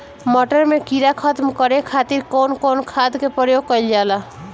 मटर में कीड़ा खत्म करे खातीर कउन कउन खाद के प्रयोग कईल जाला?